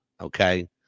Okay